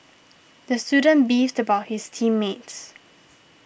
the student beefed about his team mates